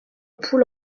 poule